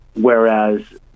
whereas